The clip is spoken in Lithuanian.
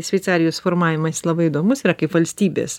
šveicarijos formavimasis labai įdomus yra kaip valstybės